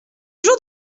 jour